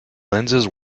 lenses